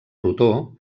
rotor